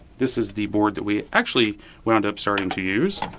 this is the board that we actually wound up starting to use.